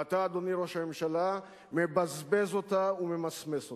ואתה, אדוני ראש הממשלה, מבזבז אותה וממסמס אותה.